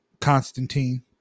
Constantine